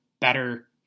better